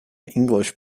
english